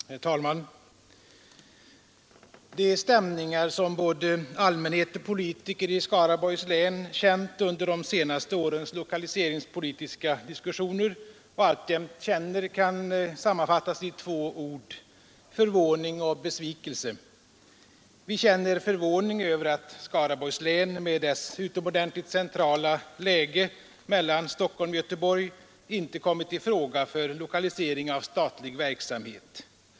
Herr talman! De stämningar som både allmänhet och politiker i Skaraborgs län känt under de senaste årens lokaliseringspolitiska diskussioner och alltjämt känner kan sammanfattas i två ord: förvåning och besvikelse. Vi känner förvåning över att Skaraborgs län med sitt utomordentligt centrala läge mellan Stockholm och Göteborg inte kommit i fråga för lokalisering av statlig verksamhet.